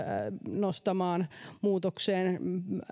nostamaan